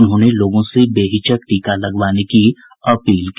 उन्होंने लोगों से बेहिचक टीका लगवाने की अपील की